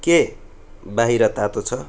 के बाहिर तातो छ